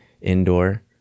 indoor